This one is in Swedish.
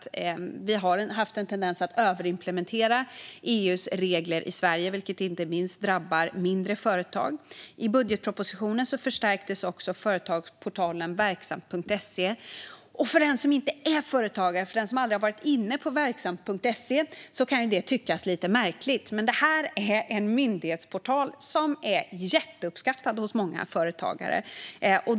Vi har haft en tendens att överimplementera EU:s regler i Sverige, vilket drabbar inte minst mindre företag. I budgetpropositionen förstärktes också företagsportalen Verksamt.se. För den som inte är företagare och som aldrig varit inne på Verksamt.se kan det tyckas lite märkligt, men det här är en myndighetsportal som är jätteuppskattad av många företagare.